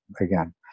again